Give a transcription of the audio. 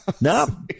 No